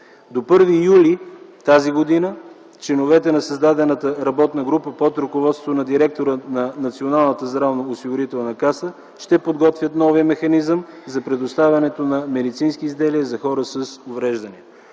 До 1 юли т.г. членовете на създадената работна група, под ръководството на директора на Националната здравноосигурителна каса, ще подготвят новия механизъм за предоставянето на медицински изделия за хора с увреждания.